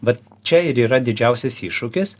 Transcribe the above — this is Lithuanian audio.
vat čia ir yra didžiausias iššūkis